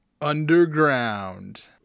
Underground